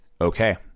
okay